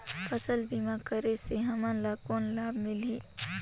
फसल बीमा करे से हमन ला कौन लाभ मिलही?